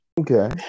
Okay